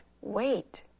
wait